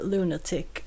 Lunatic